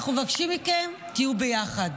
אנחנו מבקשים מכם: תהיו ביחד.